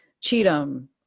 Cheatham